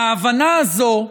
וההבנה הזו,